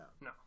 no